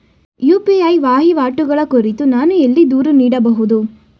UPI ವಹಿವಾಟುಗಳ ಕುರಿತು ನಾನು ಎಲ್ಲಿ ದೂರು ನೀಡಬಹುದು?